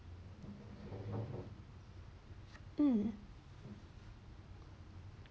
mm